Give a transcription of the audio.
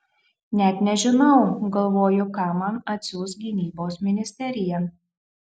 net nežinau galvoju ką man atsiųs gynybos ministerija